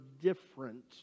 different